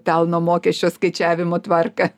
pelno mokesčio skaičiavimo tvarką